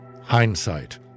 Hindsight